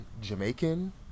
jamaican